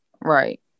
right